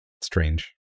strange